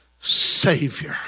Savior